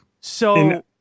So-